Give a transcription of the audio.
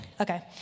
Okay